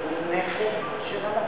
הוא נכד לנצי"ב.